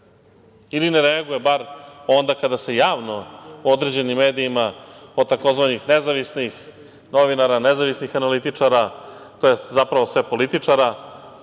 ili ne reaguje bar onda kada se javno određeni medijima od tzv. "nezavisnih" novinara, "nezavisnih" analitičara, tj. zapravo sve političara